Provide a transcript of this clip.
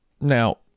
Now